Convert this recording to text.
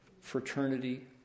fraternity